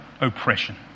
oppression